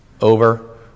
Over